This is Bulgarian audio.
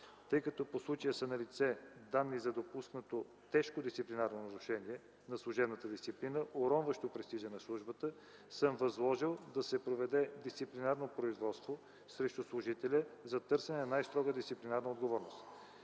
Тъй като по случая са налице данни за допуснато тежко дисциплинарно нарушение на служебната дисциплина, уронващо престижа на службата, съм възложил да се проведе дисциплинарно производство срещу служителя за търсене на най-строга дисциплинарна отговорност.